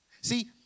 See